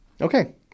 Okay